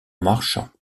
marchant